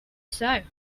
say